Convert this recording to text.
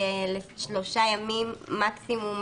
לשלושה ימים מקסימום,